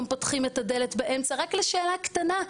פותחים את הדלת באמצע רק לשאלה קטנה,